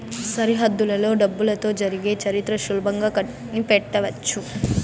సరిహద్దులలో డబ్బులతో జరిగే చరిత్ర సులభంగా కనిపెట్టవచ్చు